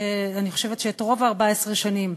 שאני חושבת שאת רוב 14 השנים,